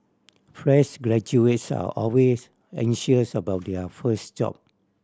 fresh graduates are always anxious about their first job